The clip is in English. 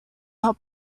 help